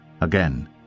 Again